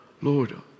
Lord